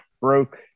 broke